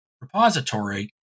repository